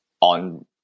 on